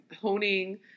honing